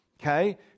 okay